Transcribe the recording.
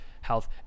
health